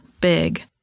big